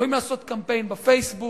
הם יכולים לעשות קמפיין ב"פייסבוק",